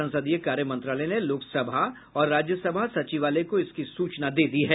संसदीय कार्य मंत्रालय ने लोकसभा और राज्यसभा सचिवालय को इसकी सूचना दे दी है